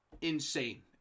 insane